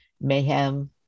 mayhem